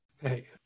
Hey